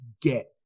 get